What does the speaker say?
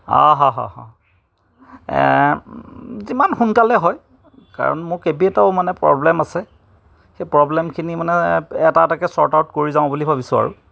এ যিমান সোনকালে হয় কাৰণ মোক মানে প্ৰব্লেম আছে সেই প্ৰব্লেমখিনি মানে এটা এটাকৈ শ্বৰ্ট আউট কৰি যাওঁ বুলি ভাবিছো আৰু